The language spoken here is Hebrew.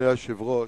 אדוני היושב-ראש,